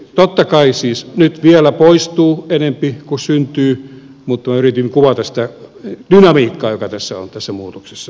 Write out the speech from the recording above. totta kai siis nyt vielä poistuu enempi kuin syntyy mutta minä yritin kuvata sitä dynamiikkaa joka on tässä muutoksessa menossa